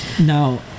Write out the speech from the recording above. Now